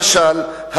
למשל,